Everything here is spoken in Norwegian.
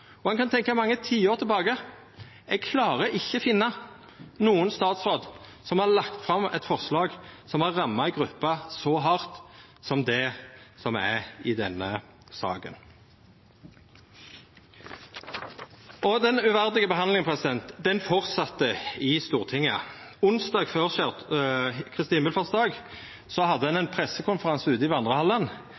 pelsdyrbønder. Eg kan tenkja mange tiår tilbake, men eg klarer ikkje å finna nokon statsråd som har lagt fram eit forslag som har ramma ei gruppe så hardt som tilfellet er i denne saka. Den uverdige behandlinga heldt fram i Stortinget. Onsdag før Kristi himmelfartsdag var det ein pressekonferanse ute i vandrehallen